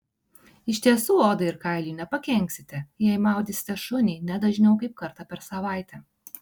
iš tiesų odai ir kailiui nepakenksite jei maudysite šunį ne dažniau kaip kartą per savaitę